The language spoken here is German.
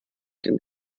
den